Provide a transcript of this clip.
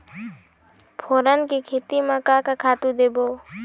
फोरन के खेती म का का खातू देबो?